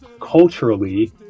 culturally